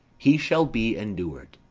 he shall be endur'd.